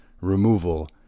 removal